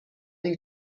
این